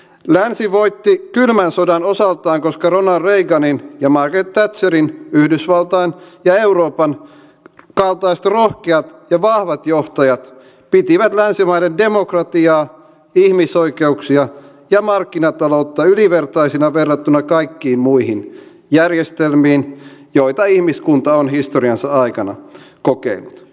länsi voitti kylmän sodan osaltaan koska ronald reaganin ja margaret thatcherin kaltaiset yhdysvaltain ja euroopan rohkeat ja vahvat johtajat pitivät länsimaiden demokratiaa ihmisoikeuksia ja markkinataloutta ylivertaisina verrattuna kaikkiin muihin järjestelmiin joita ihmiskunta on historiansa aikana kokenut